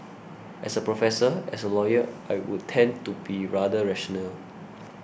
as a professor as a lawyer I would tend to be rather rational